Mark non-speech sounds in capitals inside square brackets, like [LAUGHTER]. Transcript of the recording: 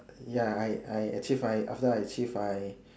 [NOISE] ya I I achieve my after I achieve my